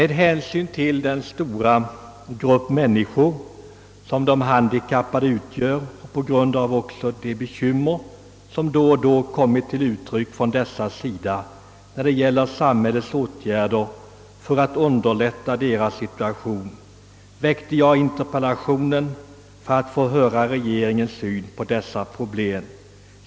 De handikappade utgör en mycket stor grupp människor, och med anledning av de bekymmer som kommit till uttryck från de handikappade i vad det gäller samhällets åtgärder för att underlätta deras situation vid omläggningen till högertrafik framställde jag min interpellation för att få höra regeringens syn på dessa problem.